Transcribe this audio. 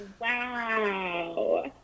wow